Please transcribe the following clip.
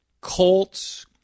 Colts